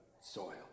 soil